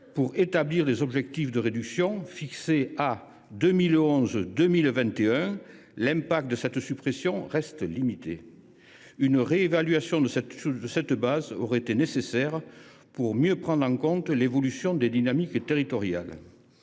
pour établir les objectifs de réduction, fixée à 2011 2021, l’effet de cette suppression restera limité. La réévaluation de cette base aurait été nécessaire pour mieux prendre en compte l’évolution des dynamiques territoriales.